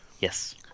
yes